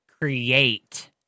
create